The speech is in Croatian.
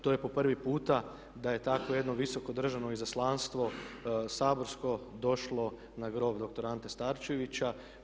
To je po prvi puta da je takvo jedno visoko državno izaslanstvo saborsko došlo na grob doktora Ante Starčevića.